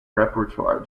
repertoire